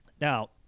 Now